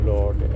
Lord